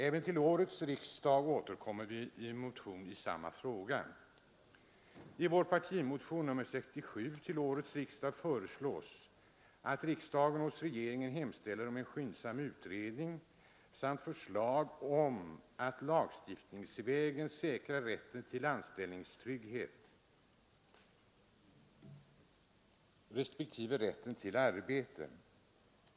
Även till årets riksdag återkommer vi med en motion i denna fråga. I vår partimotion nr 67 till årets riksdag föreslås att riksdagen hos regeringen hemställer om en skyndsam utredning samt förslag om att lagstiftningsvägen säkra rätten till anställningstrygghet respektive rätten till arbete.